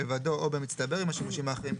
לבדו או במצטבר עם השימושים האחרים כאמור,